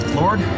lord